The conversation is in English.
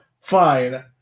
fine